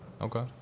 Okay